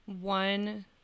One